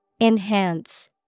Enhance